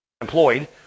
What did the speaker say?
employed